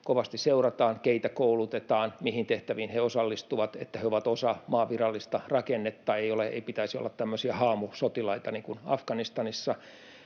kovasti seurataan, keitä koulutetaan, mihin tehtäviin he osallistuvat, että he ovat osa maan virallista rakennetta. Ei ole — ei pitäisi olla — tämmöisiä haamusotilaita niin kuin Afganistanissa